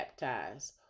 baptized